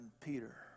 Peter